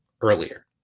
earlier